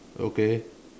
okay